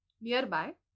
Nearby